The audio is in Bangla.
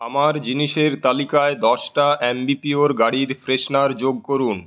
আমার জিনিসের তালিকায় দশ টা আ্যম্বিপিয়োর গাড়ির ফ্রেশনার যোগ করুন